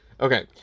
Okay